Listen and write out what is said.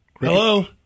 Hello